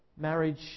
Marriage